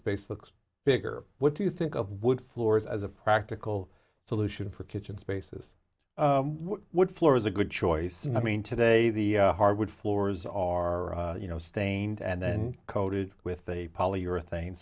space looks bigger what do you think of wood floors as a practical solution for kitchen spaces what floor is a good choice and i mean today the hardwood floors are you know stained and then coated with a polyurethane